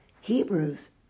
Hebrews